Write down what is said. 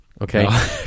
Okay